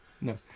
No